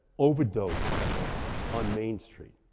overdose on main street.